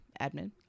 admin